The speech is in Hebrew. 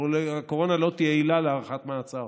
הקורונה לא תהיה עילה להארכת מעצר,